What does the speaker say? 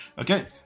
Okay